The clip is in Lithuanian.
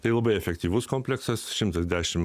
tai labai efektyvus kompleksas šimtas dešimt